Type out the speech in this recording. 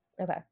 Okay